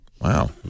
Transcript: Wow